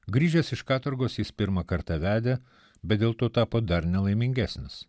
grįžęs iš katorgos jis pirmą kartą vedė bet dėl to tapo dar nelaimingesnis